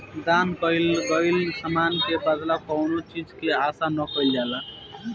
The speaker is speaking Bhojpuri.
दान कईल गईल समान के बदला कौनो चीज के आसा ना कईल जाला